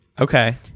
Okay